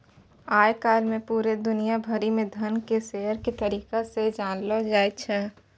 आय काल पूरे दुनिया भरि म धन के शेयर के तरीका से जानलौ जाय छै